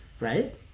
right